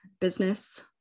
business